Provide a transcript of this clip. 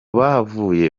bahavuye